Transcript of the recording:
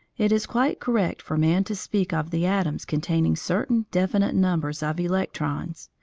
it is quite correct for man to speak of the atoms containing certain definite numbers of electrons,